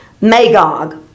Magog